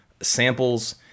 samples